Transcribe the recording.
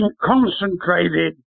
concentrated